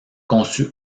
conçu